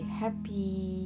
happy